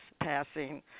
passing